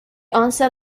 onset